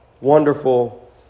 wonderful